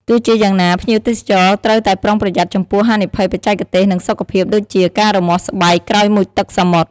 ទោះជាយ៉ាងណា ភ្ញៀវទេសចរត្រូវតែប្រុងប្រយ័ត្នចំពោះហានិភ័យបច្ចេកទេស និងសុខភាព ដូចជា ការរមាស់ស្បែកក្រោយមុជទឹកសមុទ្រ។